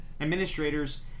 administrators